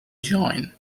join